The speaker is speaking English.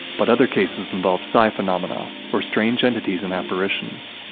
but other cases involve psi phenomena, or strange entities and apparitions.